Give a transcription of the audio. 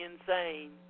insane